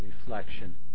reflection